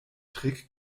trick